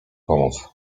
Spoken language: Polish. pomóc